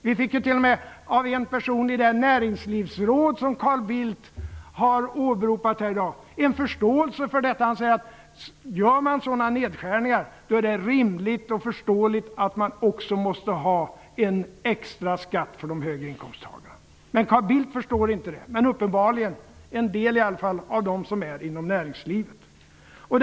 Vi fick t.o.m. av en person i det näringslivsråd som Carl Bildt har åberopat i dag förståelse för detta. Han säger att gör man sådana nedskärningar är det rimligt och förståeligt att man också måste ha en extra skatt för de höge inkomsttagarna. Men Carl Bildt förstår inte det. Uppenbarligen gör en del inom näringslivet det.